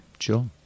Sure